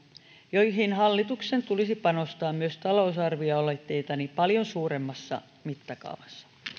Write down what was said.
joihin hallituksen tulisi panostaa myös paljon talousarvio aloitteitani suuremmassa mittakaavassa